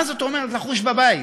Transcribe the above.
מה זאת אומרת לחוש בבית?